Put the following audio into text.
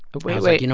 wait. wait. you know